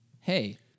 hey